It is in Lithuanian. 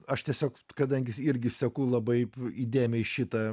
aš tiesiog kadangi irgi seku labai įdėmiai šitą